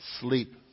sleep